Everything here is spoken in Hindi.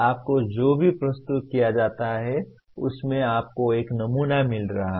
आपको जो भी प्रस्तुत किया जाता है उसमें आपको एक नमूना मिल रहा है